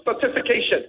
certification